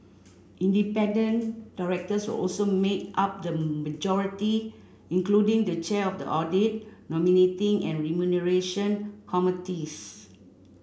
independent directors will also make up the majority including the chair of the audit nominating and remuneration committees